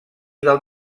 del